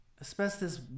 asbestos